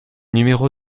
numéro